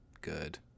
good